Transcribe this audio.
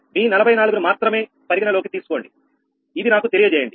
మీ 44 ను మాత్రమే పరిగణలోకి తీసుకోండి ఇది నాకు తెలియజేయండి